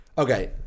Okay